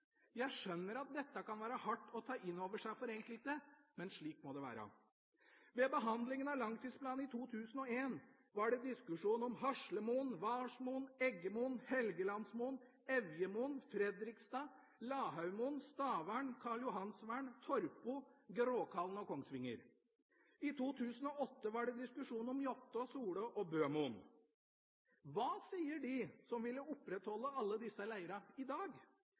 Jeg skjønner at dette kan være hardt å ta inn over seg for enkelte, men slik må det være. Ved behandlingen av langtidsplanen i 2001 var det diskusjon om Haslemoen, Hvalsmoen, Eggemoen, Helgelandsmoen, Evjemoen, Fredrikstad, Lahaugmoen, Stavern, Karljohansvern, Torpo, Gråkallen og Kongsvinger. I 2008 var det diskusjon om Jåttå, Sola og Bømoen. Hva sier de som ville opprettholde alle disse leirene, i dag?